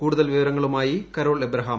കൂടുതൽ വിവരങ്ങളുമായി കരോൾ അബ്രഹാം